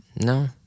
No